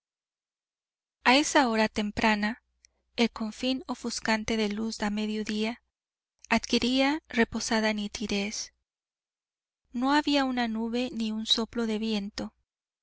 a esa hora temprana el confín ofuscante de luz a mediodía adquiría reposada nitidez no había una nube ni un soplo de viento